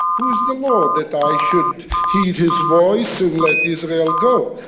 who is the lord that i should heed his voice and let israel go?